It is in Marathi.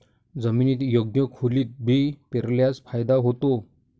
जमिनीत योग्य खोलीत बी पेरल्यास फायदा होतो